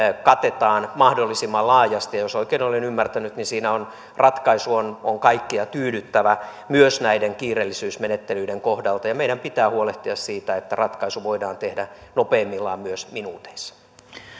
katetaan mahdollisimman laajasti ja jos oikein olen ymmärtänyt niin siinä ratkaisu on on kaikkia tyydyttävä myös näiden kiireellisyysmenettelyiden kohdalla meidän pitää huolehtia siitä että ratkaisu voidaan tehdä nopeimmillaan myös minuuteissa